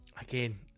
again